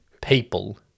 people